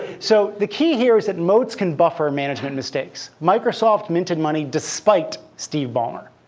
so the key here is that moats can buffer management mistakes. microsoft minted money despite steve ballmer,